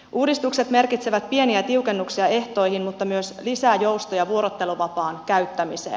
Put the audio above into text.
uudistukset merkitsevät pieniä tiukennuksia ehtoihin mutta myös lisää joustoja vuorotteluvapaan käyttämiseen